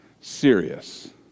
serious